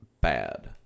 bad